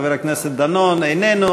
חבר הכנסת דנון, איננו.